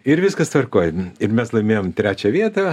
ir viskas tvarkoj ir mes laimėjom trečią vietą